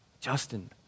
Justin